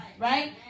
right